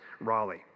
Raleigh